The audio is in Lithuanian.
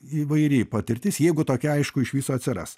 įvairi patirtis jeigu tokia aišku iš viso atsiras